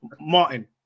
Martin